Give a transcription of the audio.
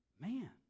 Man